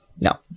No